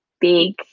big